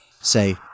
say